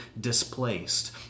displaced